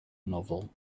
novel